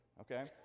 okay